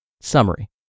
Summary